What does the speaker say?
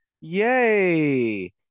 Yay